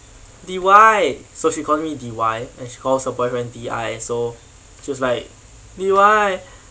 D_Y so she calls me D_Y and she calls her boyfriend D_I so so it's like D_Y